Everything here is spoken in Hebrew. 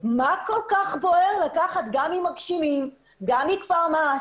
מה כל כך בוער לקחת גם ממגשימים, גם מכפר מע"ש,